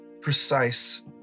precise